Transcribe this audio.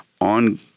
on